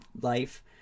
life